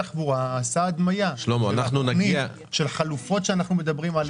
של חלופות שאנחנו מדברים עליהן?